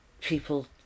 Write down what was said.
people